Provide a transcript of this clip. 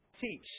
Teach